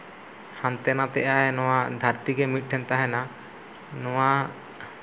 ᱦᱟᱱᱛᱮ ᱱᱟᱛᱮ ᱟᱭ ᱱᱚᱣᱟ ᱫᱷᱟᱹᱨᱛᱤ ᱜᱮ ᱢᱤᱫ ᱴᱷᱮᱱ ᱛᱟᱦᱮᱱᱟ ᱱᱚᱣᱟ